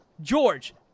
George